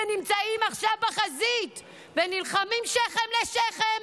שנמצאים עכשיו בחזית ונלחמים שכם אל שכם